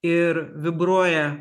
ir vibruoja